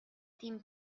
tim